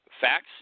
facts